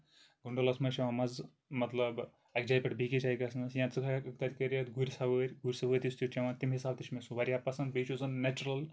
گنڈولاہس منٛز چھُ یِوان مَزٕ مطلب اَکہِ جایہِ پٮ۪ٹھ بیٚکہِ جایہِ گژھنس یا ژٕ ہٮ۪کھ تَتہِ کٔرِتھ گُرۍ سَوٲرۍ گُرۍ سَوٲرۍ تہِ چھُ چیوان تَمہِ حِسابہٕ تہِ چھُ مےٚ سُہ واریاہ پسنٛد بیٚیہِ چھُ زَن نیچُرل